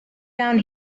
down